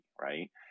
right